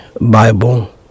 Bible